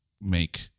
make